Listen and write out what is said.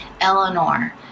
Eleanor